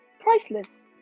Priceless